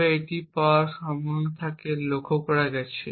তবে এটি পাওয়ার সম্ভাবনা থাকে লক্ষ্য করা গেছে